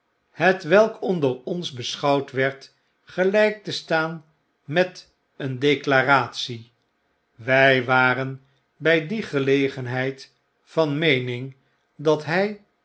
hetwelk onder ons beschouwd werd geljjk te staan met een delaratie wij waren b die gelegenheid van meening dat hij